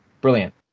brilliant